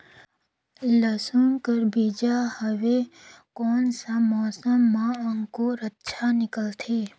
लसुन कर बीजा हवे कोन सा मौसम मां अंकुर अच्छा निकलथे?